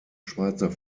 schweizer